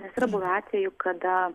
nes yra buvę atvejų kada